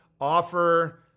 Offer